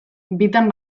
bitan